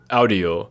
audio